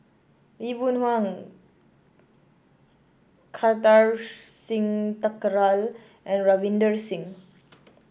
Lee Boon Wang Kartar Singh Thakral and Ravinder Singh